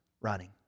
running